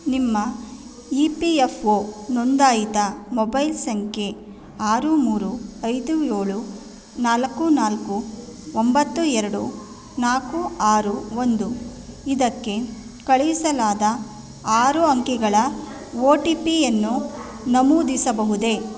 ನಿಮ್ಮ E P F O ನೊಂದಾಯಿತ mobile ಸಂಖ್ಯೆ ಆರು ಮೂರು ಐದು ಏಳು ನಾಲ್ಕು ನಾಲ್ಕು ಒಂಬತ್ತು ಎರಡು ನಾಲ್ಕು ಆರು ಒಂದು ಇದಕ್ಕೆ ಕಳುಹಿಸಲಾದ ಆರು ಅಂಕೆಗಳ ಓ ಟಿ ಪಿಯನ್ನು ನಮೂದಿಸಬಹುದೇ